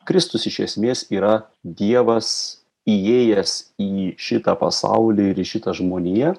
kristus iš esmės yra dievas įėjęs į šitą pasaulį ir į šitą žmoniją